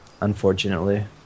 Unfortunately